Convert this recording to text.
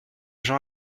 gens